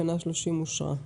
תקנה 30 אושרה.